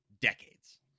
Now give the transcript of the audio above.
decades